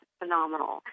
phenomenal